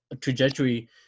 trajectory